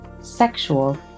sexual